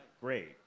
great